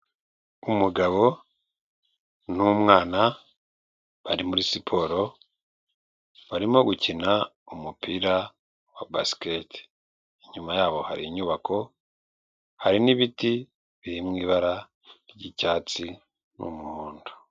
Umugabo n'umwana bari muri siporo, barimo gukina umupira wa basikete, inyuma yabo hari inyubako hari n'ibiti biri mw'ibara ry'icyatsi n'umuhondo.